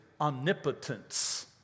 omnipotence